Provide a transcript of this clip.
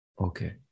Okay